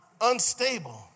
Unstable